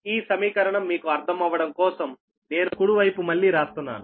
ఈ సమీకరణం మీకు అర్థం అవ్వడం కోసం నేను కుడి వైపు మళ్ళీ రాస్తున్నాను